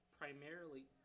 Primarily